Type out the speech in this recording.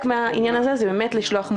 בזה אתה תסכים אתי.